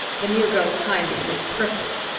the new girl's timing was perfect.